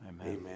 Amen